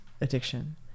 addiction